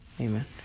Amen